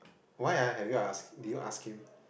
why ah have you ask did you ask him